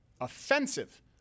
offensive